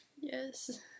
Yes